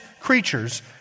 creatures